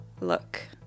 look